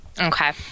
Okay